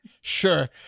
Sure